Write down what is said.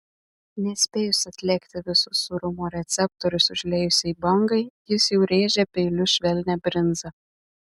nespėjus atlėgti visus sūrumo receptorius užliejusiai bangai jis jau rėžia peiliu švelnią brinzą